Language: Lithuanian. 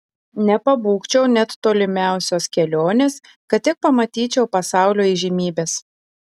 nepabūgčiau net tolimiausios kelionės kad tik pamatyčiau pasaulio įžymybes